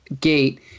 gate